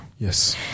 Yes